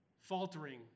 faltering